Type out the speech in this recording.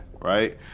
right